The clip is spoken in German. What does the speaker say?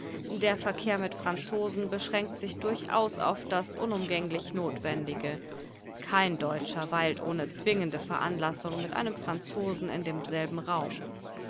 der verkehr mit franzosen beschränkt sich durchaus auf das unumgänglich notwendige kein deutscher weilt ohne zwingende veranlassung mit einem franzosen in demselben raum